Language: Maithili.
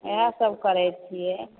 इएहे सब करै छियै